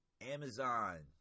Amazon